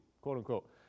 quote-unquote